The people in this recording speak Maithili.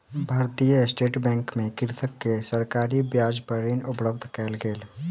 भारतीय स्टेट बैंक मे कृषक के सरकारी ब्याज पर ऋण उपलब्ध कयल गेल